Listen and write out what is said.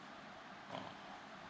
oo